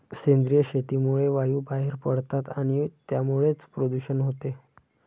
सेंद्रिय शेतीमुळे वायू बाहेर पडतात आणि त्यामुळेच प्रदूषण होते